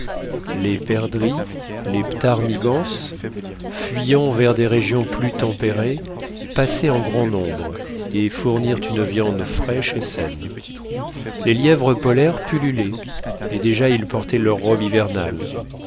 les perdrix les ptarmigans fuyant vers des régions plus tempérées passaient en grand nombre et fournirent une viande fraîche et saine les lièvres polaires pullulaient et déjà ils portaient leur robe hivernale